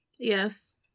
Yes